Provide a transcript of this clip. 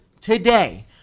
today